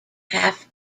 half